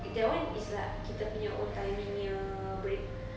that [one] is like kita punya own timing punya break